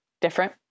different